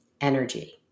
energy